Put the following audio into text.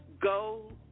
go